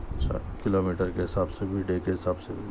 اچھا kilometre کے حساب سے بھی ڈے کے حساب سے بھی